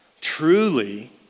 Truly